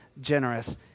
generous